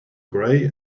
gray